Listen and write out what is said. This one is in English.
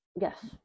Yes